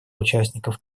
участников